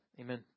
Amen